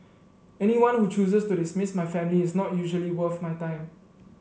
anyone who chooses to dismiss my family is not usually worth my time